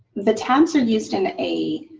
the tabs are used in a